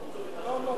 לא, לא, חוץ וביטחון.